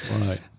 Right